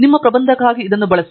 ನಿಮ್ಮ ಪ್ರಬಂಧಕ್ಕಾಗಿ ಇದನ್ನು ಬಳಸಿ